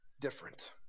different